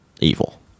evil